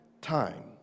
time